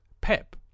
Pep